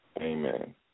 Amen